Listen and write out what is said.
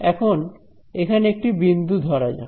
এখন এখানে একটি বিন্দু ধরা যাক